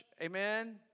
amen